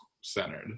centered